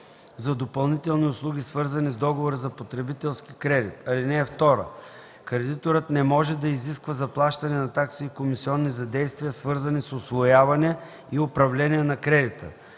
за допълнителни услуги, свързани с договора за потребителски кредит. (2) Кредиторът не може да изисква заплащане на такси и комисионни за действия, свързани с усвояване и управление на кредита.